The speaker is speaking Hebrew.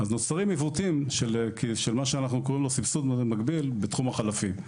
ואז נוצרים עיוותים של מה שאנחנו קוראים לו "סבסוד מקביל בתחום החלפים".